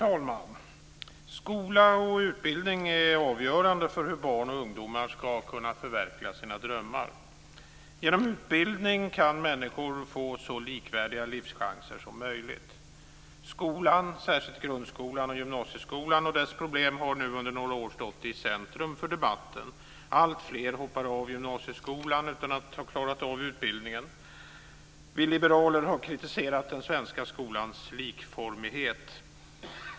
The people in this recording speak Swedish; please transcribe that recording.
Herr talman! Skola och utbildning är avgörande för hur barn och ungdomar ska kunna förverkliga sina drömmar. Genom utbildning kan människor få så likvärdiga livschanser som möjligt. Skolan, särskilt grundskolan och gymnasieskolan, och dess problem har nu under några år stått i centrum för debatten. Alltfler hoppar av gymnasieskolan utan att ha klarat av utbildningen. Vi liberaler har kritiserat den svenska skolans likformighet.